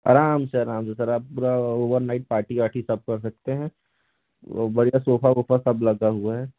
आराम से आराम से सर आप पूरा ओवरनाइट पार्टी वार्टी सब कर सकते हैं वो बढ़िया सोफ़ा वोफ़ा सब लगा हुआ है